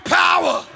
power